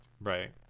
Right